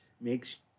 Makes